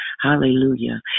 hallelujah